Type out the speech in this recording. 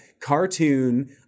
cartoon